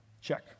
Check